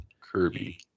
Kirby